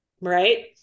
right